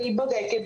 והיא בודקת,